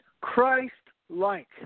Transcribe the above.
Christ-like